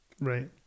Right